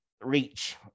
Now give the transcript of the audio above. reach